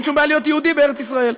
אין שום בעיה להיות יהודי בארץ ישראל.